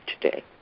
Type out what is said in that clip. today